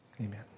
amen